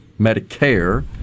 Medicare